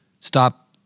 stop